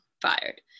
fired